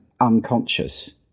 unconscious